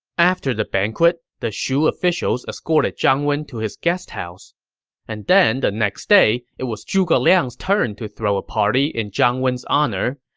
after the banquet, the shu officials escorted zhang wen to his guesthouse and then next day, it was zhuge liang's turn to throw a party in zhang wen's honor.